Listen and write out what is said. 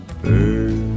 bird